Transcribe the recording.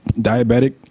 diabetic